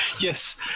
Yes